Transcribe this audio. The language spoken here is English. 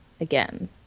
again